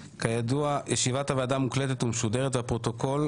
ישיבת הוועדה מוקלטת ומשודרת לפרוטוקול,